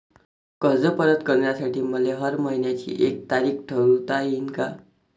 कर्ज परत करासाठी मले हर मइन्याची एक तारीख ठरुता येईन का?